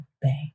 Bay